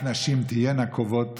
בסוגיה הזו אנחנו נמצאים אחרי לא הרבה זמן,